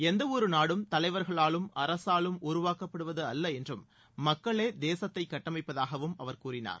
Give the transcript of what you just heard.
எந்தவொரு நாடும் தலைவர்களாலும் அரசாலும் உருவாக்கப்படுவது அல்ல என்றும் மக்களே தேசத்தை கட்டமைப்பதாகவும் அவர் கூறினார்